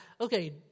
okay